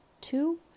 Two